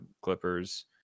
Clippers